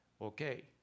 Okay